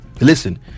Listen